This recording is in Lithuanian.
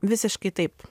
visiškai taip